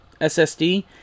SSD